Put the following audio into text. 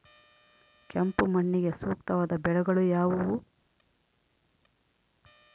ಕೆಂಪು ಮಣ್ಣಿಗೆ ಸೂಕ್ತವಾದ ಬೆಳೆಗಳು ಯಾವುವು?